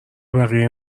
بقیه